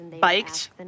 biked